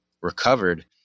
recovered